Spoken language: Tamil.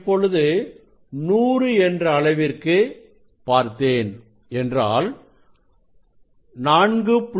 நான் இப்பொழுது 100 என்ற அளவிற்கு பார்த்தேன் என்றால் 4